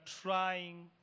trying